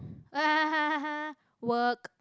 work